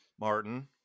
Martin